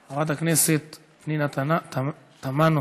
חברת הכנסת פנינה תמנו,